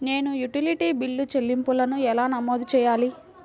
నేను utility bill చెల్లింపులను ఎలా నమోదు చేయాలి?